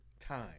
time